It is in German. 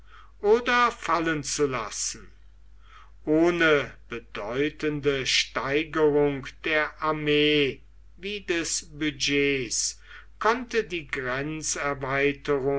oder fallen zu lassen ohne bedeutende steigerung der armee wie des budgets konnte die